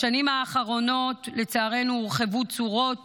בשנים האחרונות, לצערנו, הורחבו צורות